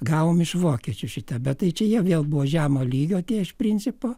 gavom iš vokiečių šitą bet tai čia jie vėl buvo žemo lygio tie iš principo